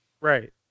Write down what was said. Right